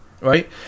right